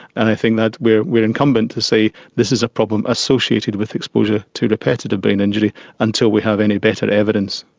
and i think that we are we are incumbent to say this is a problem associated with exposure to repetitive brain injury until we have any better evidence.